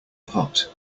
pot